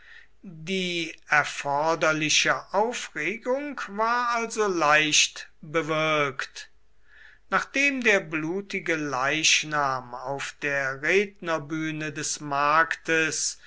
die erforderliche aufregung war also leicht bewirkt nachdem der blutige leichnam auf der rednerbühne des marktes